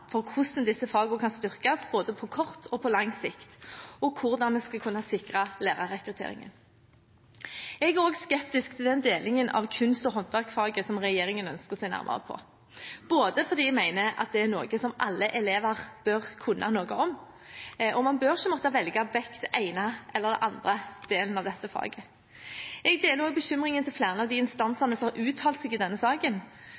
for hvordan disse fagene kan styrkes både på kort og på lang sikt, og hvordan vi skal kunne sikre lærerrekrutteringen. Jeg er også skeptisk til den delingen av kunst- og håndverksfaget som regjeringen ønsker å se nærmere på, fordi jeg mener at dette er noe alle elever burde kunne noe om, og man bør ikke måtte velge vekk den ene eller den andre delen av dette faget. Jeg deler bekymringen til flere av de